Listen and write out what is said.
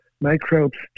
Microbes